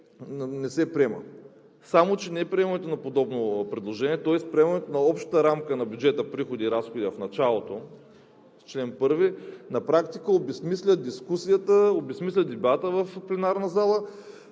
не се приема. Само че неприемането на подобно предложение, тоест приемането на общата рамка на бюджета: приходи и разходи в началото, в чл. 1 на практика обезсмисля дискусията, обезсмисля дебата в пленарната зала,